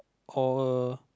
call her